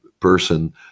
person